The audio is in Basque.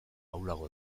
ahulago